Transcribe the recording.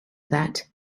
that